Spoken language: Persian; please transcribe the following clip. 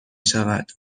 شود